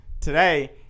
today